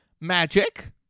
Magic